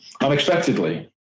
unexpectedly